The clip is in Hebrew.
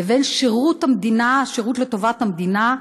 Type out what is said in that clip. לבין שירות לטובת המדינה,